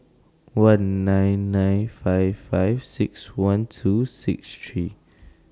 one nine nine five five six one two six three